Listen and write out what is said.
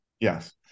Yes